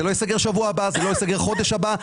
זה לא ייסגר בשבוע הבא ולא בחודש הבא.